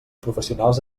professionals